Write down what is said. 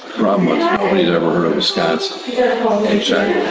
problem was nobody had ever heard of wisconsin yeah um in china.